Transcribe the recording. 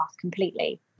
completely